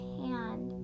hand